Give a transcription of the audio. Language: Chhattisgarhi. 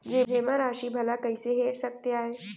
जेमा राशि भला कइसे हेर सकते आय?